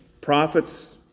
prophets